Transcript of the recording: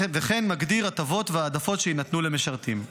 וכן מגדיר הטבות והעדפות שיינתנו למשרתים.